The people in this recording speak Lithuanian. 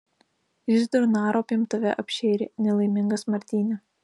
jis durnaropėm tave apšėrė nelaimingas martyne